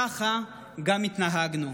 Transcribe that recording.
ככה גם התנהגנו.